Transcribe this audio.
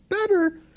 better